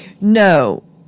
no